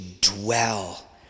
dwell